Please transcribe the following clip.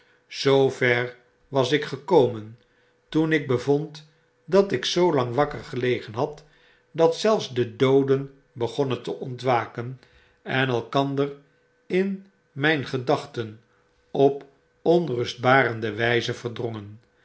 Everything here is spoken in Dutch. zoo ver was ik gekomen toen ik bevond dat ik zoolang wakker gelegen had dat zelfs de dooden begonnen te ontwaken en elkander in mp gedachten op onrustbarende wpe verdrongen